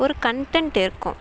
ஒரு கன்டென்ட் இருக்கும்